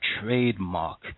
trademark